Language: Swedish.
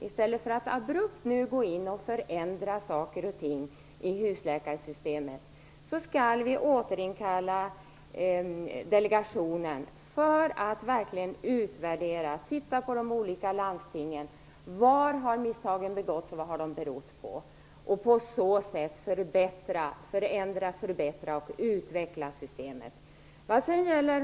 I stället för att nu abrupt förändra saker och ting i husläkarsystemet skall vi återinkalla delegationen för att verkligen utvärdera och titta på de olika landstingen för att se var misstagen har begåtts och vad de berott på. På så sätt skall vi förändra, förbättra och utveckla systemet.